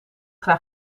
graag